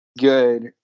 good